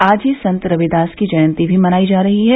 आज ही संत रविदास की जयती भी मनायी जा रही है